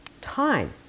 time